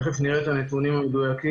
תיכף נראה את הנתונים המלאים.